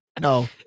No